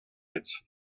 its